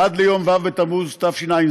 עד יום ו' בתמוז התשע"ז,